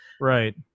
Right